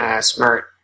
smart